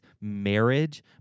marriage